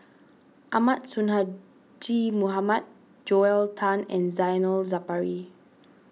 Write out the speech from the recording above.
Ahmad Sonhadji Mohamad Joel Tan and Zainal Sapari